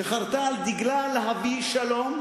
שחרתה על דגלה להביא שלום,